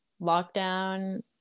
lockdown